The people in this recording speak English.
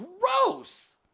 Gross